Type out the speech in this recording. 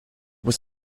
was